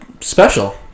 special